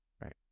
Right